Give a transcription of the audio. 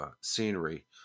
scenery